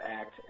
Act